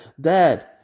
dad